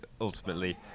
ultimately